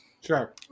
Sure